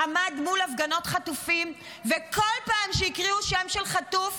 עמד מול הפגנות חטופים וכל פעם שהקריאו שם של חטוף